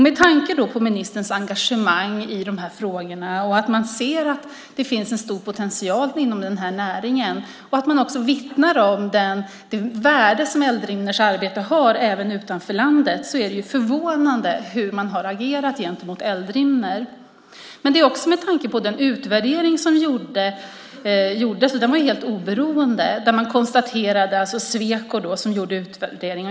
Med tanke på ministerns engagemang i de här frågorna, på att han ser att det finns en stor potential inom den här näringen och att han vittnar om det värde som Eldrimners arbete har även utanför landet är det förvånande hur regeringen har agerat gentemot Eldrimner. Sweco har gjort en helt oberoende utvärdering.